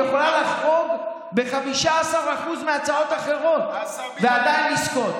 היא יכולה לחרוג ב-15% מהצעות אחרות ועדיין לזכות.